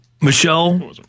Michelle